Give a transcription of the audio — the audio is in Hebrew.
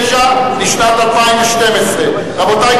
אנחנו עוברים להצבעה על סעיף 09 לשנת 2012. רבותי,